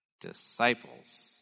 Disciples